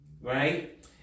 right